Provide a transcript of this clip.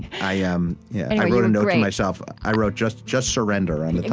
i um i wrote a note to myself i wrote just just surrender. um good.